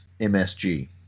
MSG